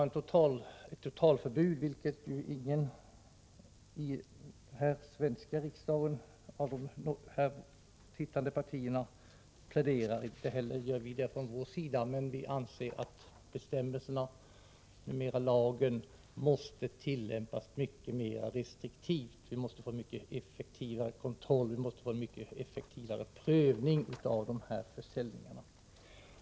Inget av de i den svenska riksdagen sittande partierna pläderar för ett totalförbud — det vill inte heller vi ha. Men vi anser att bestämmelserna, numera lagen, måste tillämpas mycket striktare. Vi måste få en mycket effektivare kontroll och effektivare prövning av försäljningarna.